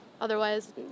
otherwise